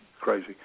crazy